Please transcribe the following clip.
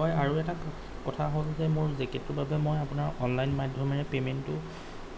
হয় আৰু এটা কথা হ'ল যে মোৰ জেকেটটোৰ বাবে মই আপোনাৰ অনলাইন মাধ্যমেৰে পেমেন্টতো